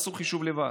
תעשו חישוב לבד.